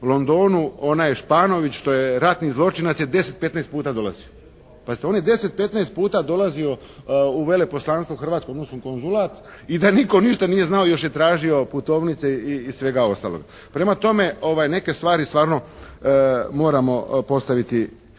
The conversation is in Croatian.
Londonu onaj Španović što je ratni zločinac je 10, 15 puta dolazio. Pazite, on je 10, 15 puta dolazio u veleposlanstvo hrvatsko, odnosno konzulat i da nitko ništa nije znao, još je tražio putovnice i svega ostalog. Prema tome, neke stvari stvarno moramo postaviti